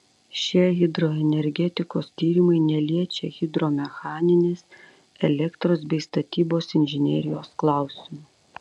šie hidroenergetikos tyrimai neliečia hidromechaninės elektros bei statybos inžinerijos klausimų